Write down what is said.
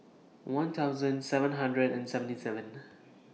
one thousand seven hundred and seventy seven